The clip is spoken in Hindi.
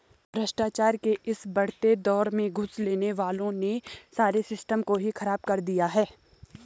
भ्रष्टाचार के इस बढ़ते दौर में घूस लेने वालों ने सारे सिस्टम को ही खराब कर दिया है